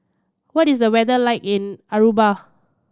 what is the weather like in Aruba